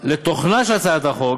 לתוכנהּ של הצעת החוק,